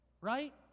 right